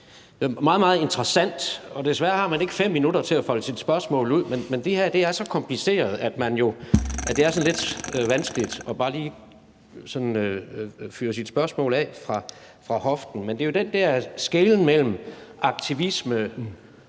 meget interessant. Desværre har man ikke 5 minutter til at folde sit spørgsmål ud, men det her er så kompliceret, at det er sådan lidt vanskeligt bare lige at fyre sit spørgsmål af fra hoften, men det er jo den der skelnen mellem aktivisme,